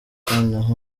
noneho